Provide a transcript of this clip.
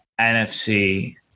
NFC